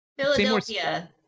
Philadelphia